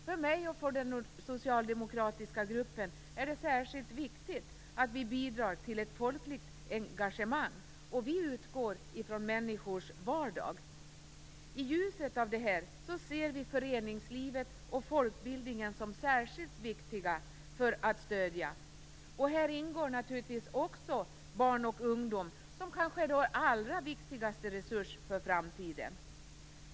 För mig och för den socialdemokratiska gruppen är det särskilt viktigt att vi bidrar till ett folkligt engagemang. Vi utgår från människors vardag. I ljuset av detta ser vi föreningslivet och folkbildningen som särskilt viktiga att stödja. Här ingår naturligtvis också barn och ungdom, vår kanske allra viktigaste resurs för framtiden.